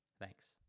Thanks